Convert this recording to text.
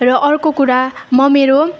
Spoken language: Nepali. र अर्को कुरा म मेरो